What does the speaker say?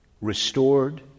Restored